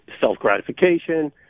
self-gratification